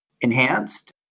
enhanced